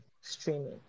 streaming